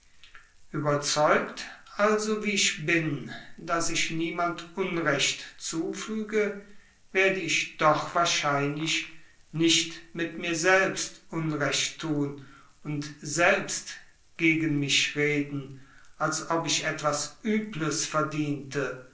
überzeugt also wie ich bin daß ich niemand unrecht zufüge werde ich doch wahrlich nicht mir selbst unrecht tun und selbst gegen mich reden als ob ich etwas übles verdiente